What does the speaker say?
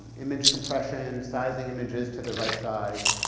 image compression, sizing images to the right size,